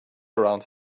around